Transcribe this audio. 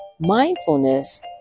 Mindfulness